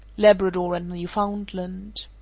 labrador and newfoundland.